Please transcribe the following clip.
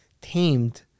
tamed